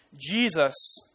Jesus